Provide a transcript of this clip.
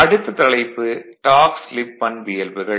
அடுத்த தலைப்பு dark slip பண்பியல்புகள்